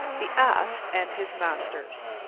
the ass and his masters